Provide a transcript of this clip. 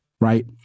right